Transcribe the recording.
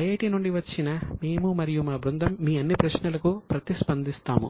IIT నుండి వచ్చిన మేము మరియు మా బృందం మీ అన్ని ప్రశ్నలకు ప్రతిస్పందిస్తాము